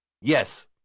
Yes